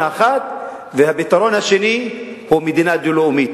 ומדוע הפלסטינים בורחים ממשא-ומתן?